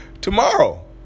tomorrow